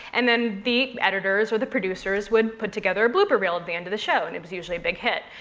and then the editors or the producers would put together a blooper reel at the end of the show and it was usually a big hit.